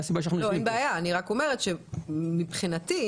אני רק אומרת שמבחינתי,